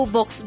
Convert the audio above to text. Box